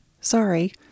Sorry